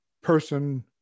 person